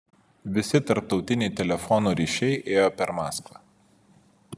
visi tarptautiniai telefono ryšiai ėjo per maskvą